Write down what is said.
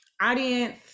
Audience